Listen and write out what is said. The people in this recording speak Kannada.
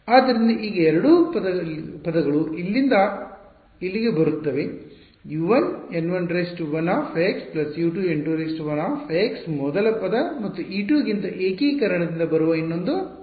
ಆದ್ದರಿಂದ ಈ ಎರಡೂ ಪದಗಳು ಇಲ್ಲಿಂದ ಇಲ್ಲಿಗೆ ಬರುತ್ತವೆ U1N11 U2N 21 ಮೊದಲ ಪದ ಮತ್ತು e2 ಗಿಂತ ಏಕೀಕರಣದಿಂದ ಬರುವ ಇನ್ನೊಂದು ಪದ